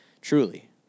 truly